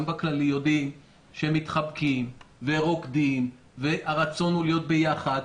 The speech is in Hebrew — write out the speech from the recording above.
גם בכללי יודעים שמתחבקים ורוקדים והרצון הוא להיות ביחד.